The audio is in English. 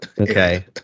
okay